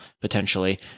potentially